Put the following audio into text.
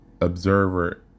observer